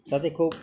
যাতে খুব